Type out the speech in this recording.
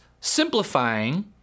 simplifying